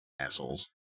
Assholes